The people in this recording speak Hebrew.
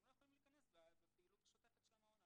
לא יכולים להיכנס בזמן פעילות שוטפת של המעון.